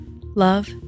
love